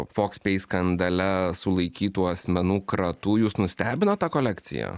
fox pay skandale sulaikytų asmenų kratų jus nustebino ta kolekcija